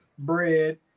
bread